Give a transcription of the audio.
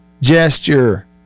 Gesture